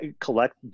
collect